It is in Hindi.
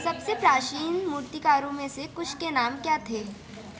सबसे प्राचीन मूर्तिकारों में से कुछ के नाम क्या थे